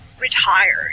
retired